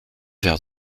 verre